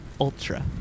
Ultra